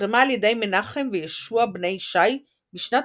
נתרמה על ידי מנחם וישוע בני ישי בשנת